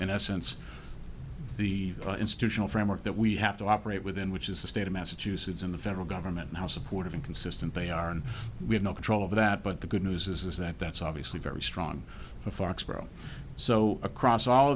in essence the institutional framework that we have to operate within which is the state of massachusetts in the federal government and how supportive and consistent they are and we have no control over that but the good news is that that's obviously very strong foxborough so across all